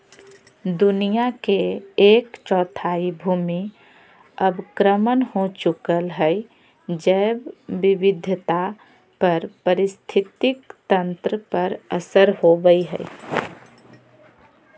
दुनिया के एक चौथाई भूमि अवक्रमण हो चुकल हई, जैव विविधता आर पारिस्थितिक तंत्र पर असर होवई हई